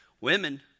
Women